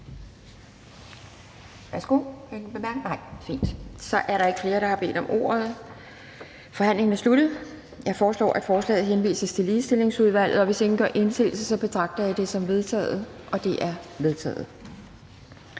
Skaarup. Da der ikke er flere, som har bedt om ordet, er forhandlingen sluttet. Jeg foreslår, at forslaget henvises til Retsudvalget. Hvis ingen gør indsigelse, betragter jeg dette som vedtaget. Det er vedtaget.